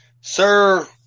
Sir